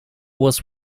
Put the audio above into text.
was